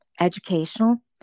educational